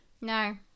No